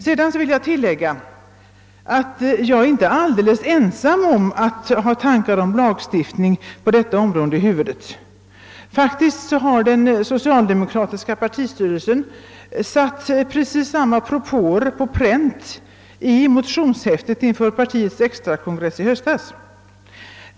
Sedan vill jag tillägga att jag inte är alldeles ensam om att ha tankar om lagstiftning på detta område i huvudet. Faktiskt har den socialdemokratiska partistyrelsen satt precis samma propå på pränt i motionshäftet inför partiets extrakongress i höstas.